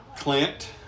Clint